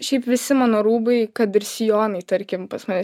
šiaip visi mano rūbai kad ir sijonai tarkim pas mane